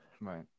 right